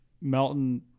Melton